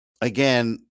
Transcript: again